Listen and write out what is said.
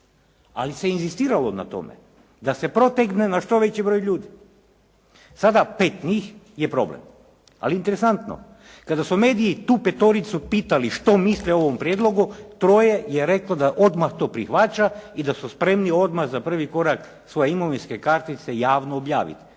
Ali se inzistiralo na tome, da se protegne na što veći broj ljudi. Sada pet njih je problem. Ali interesantno kada su mediji tu petoricu pitali što misle o ovom prijedlogu, troje je reklo da odmah to prihvaća i da su spremni odmah za prvi korak svoje imovinske kartice javno i objaviti.